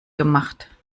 gemacht